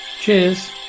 Cheers